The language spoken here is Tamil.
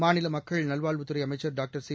மாநில மக்கள் நல்வாழ்வுத்துறை அமைச்சர் டாக்டர் சி